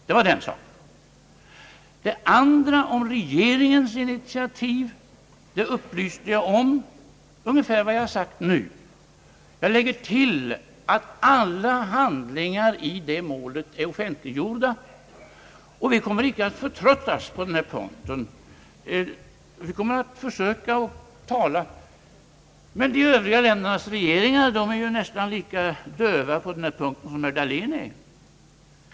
Beträffande den andra frågan, regeringens initiativ, upplyste jag om ungefär vad jag sagt nu. Jag vill tillägga att alla handlingar i det målet är offentliggjorda. Vi kommer icke att förtröttas på denna punkt. Vi kommer att försöka att tala, men de övriga ländernas regeringar är nästan lika döva på denna punkt som herr Dahlén.